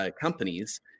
companies